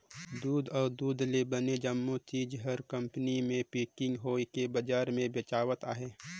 दूद अउ दूद ले बने जम्मो चीज हर कंपनी मे पेकिग होवके बजार मे बेचावत अहे